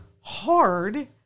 hard